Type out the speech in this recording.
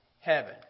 heaven